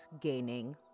gaining